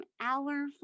hour